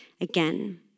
again